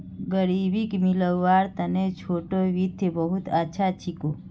ग़रीबीक मितव्वार तने छोटो वित्त बहुत अच्छा छिको